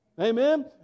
Amen